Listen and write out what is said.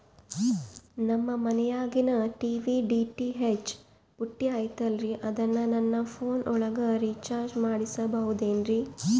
ನಮ್ಮ ಮನಿಯಾಗಿನ TV DTH ಪುಟ್ಟಿ ಐತಲ್ರೇ ಅದನ್ನ ನನ್ನ ಪೋನ್ ಒಳಗ ರೇಚಾರ್ಜ ಮಾಡಸಿಬಹುದೇನ್ರಿ?